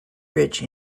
rich